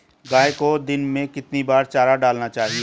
गाय को दिन में कितनी बार चारा डालना चाहिए?